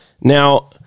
Now